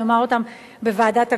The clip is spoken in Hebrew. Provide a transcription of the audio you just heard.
ואני אומר אותן בוועדת הכספים.